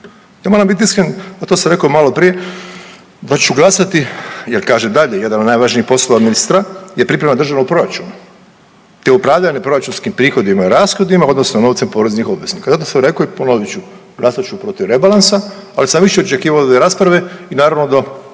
Ja moram bit iskren, a to sam reko malo prije da ću glasati jer kaže dalje, jedan od najvažnijih poslova ministra je priprema državnog proračuna te upravljanje proračunskim prihodima i rashodima odnosno novcem poreznih obveznika. Zato sam rekao i ponovit ću, glasat ću protiv rebalansa, ali sam više očekivao od ove rasprave i naravno do